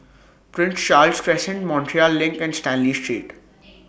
Prince Charles Crescent Montreal LINK and Stanley Street